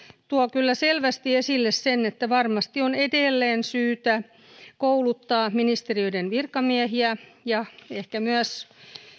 tuo kyllä selvästi esille sen että varmasti on edelleen syytä kouluttaa ministeriöiden virkamiehiä ja ehkä myös